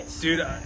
dude